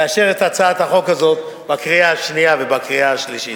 לאשר את הצעת החוק הזאת בקריאה שנייה ובקריאה שלישית.